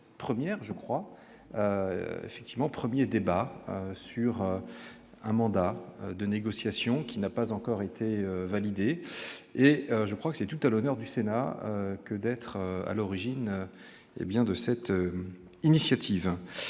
première je crois effectivement 1er débat sur un mandat de négociation qui n'a pas encore été validé et je crois que c'est tout à l'honneur du Sénat que d'être à l'origine, hé bien de cette initiative